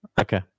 Okay